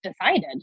decided